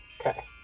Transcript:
Okay